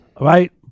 Right